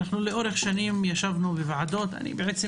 לאורך שנים ישבנו בוועדות אני בעצם